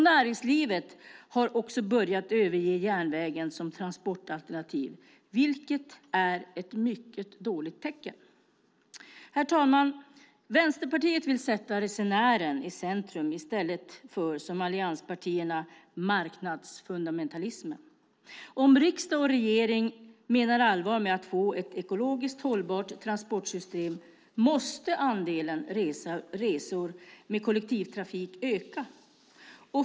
Näringslivet har också börjat överge järnvägen som transportalternativ, vilket är ett mycket dåligt tecken. Herr talman! Vänsterpartiet vill sätta resenären i centrum i stället för, som allianspartierna, marknadsfundamentalismen. Om riksdag och regering menar allvar med att få ett ekologiskt hållbart transportsystem måste andelen resor med kollektivtrafik öka.